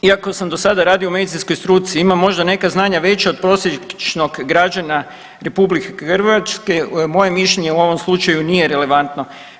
Iako sam do sada radio u medicinskoj struci imam možda znanja veća od prosječnog građana RH, moje mišljenje u ovom slučaju nije relevantno.